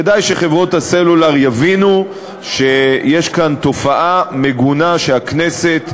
כדאי שחברות הסלולר יבינו שיש כאן תופעה מגונה שהכנסת,